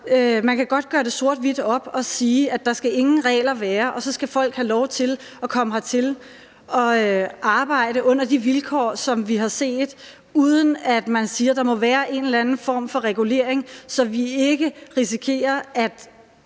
Man kan godt gøre det op sort-hvidt og sige, at der ikke skal være nogen regler, og at folk skal have lov til at komme hertil og arbejde under de vilkår, som vi har set, uden at man siger, at der skal være en eller anden form for regulering, men så risikerer vi,